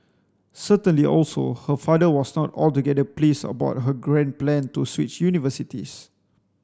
certainly also her father was not altogether pleased about her grand plan to switch universities